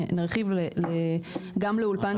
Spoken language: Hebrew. נרחיב גם לאולפן שני כשובר.